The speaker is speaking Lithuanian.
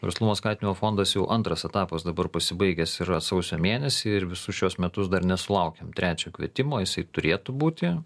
verslumo skatinimo fondas jau antras etapas dabar pasibaigęs yra sausio mėnesį ir visus šiuos metus dar nesulaukėm trečio kvietimo jisai turėtų būti